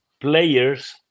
players